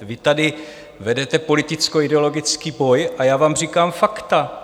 Vy tady vedete politickoideologický boj a já vám říkám fakta.